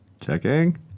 Checking